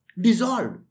Dissolved